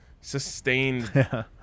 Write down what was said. sustained